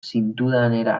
zintudanera